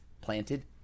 planted